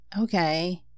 okay